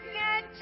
get